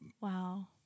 Wow